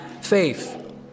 faith